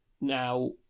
Now